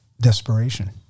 Desperation